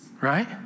Right